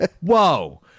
Whoa